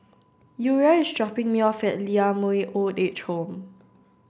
Uriah is dropping me off at Lee Ah Mooi Old Age Home